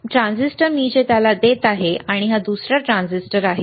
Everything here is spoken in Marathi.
ट्रान्झिस्टर जे मी त्याला देत आहे आणि हा दुसरा ट्रान्झिस्टर आहे